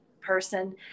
person